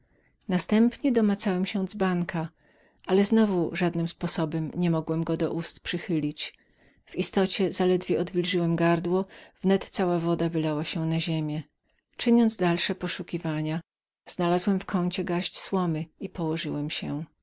następnie domacałem się dzbanka ale znowu żadnym sposobem nie mogłem do ust go przychylić w istocie zaledwie odwilżyłem gardło wnet cała woda wylała się na ziemię tak czyniąc dalsze poszukiwania znalazłem w kącie garść słomy i położyłem się